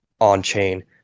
on-chain